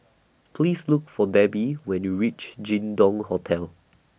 Please Look For Debbie when YOU REACH Jin Dong Hotel